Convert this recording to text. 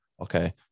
okay